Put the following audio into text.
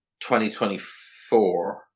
2024